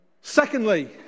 Secondly